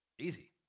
Easy